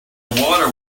water